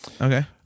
Okay